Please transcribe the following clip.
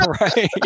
right